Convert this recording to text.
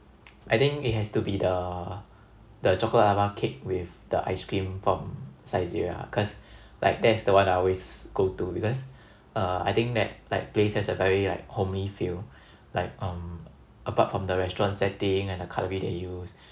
I think it has to be the the chocolate lava cake with the ice cream foam saizeriya cause like that's the one I always go to because uh I think that like place has a very like homey feel like um apart from the restaurant setting and the cutlery they used